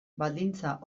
baldintza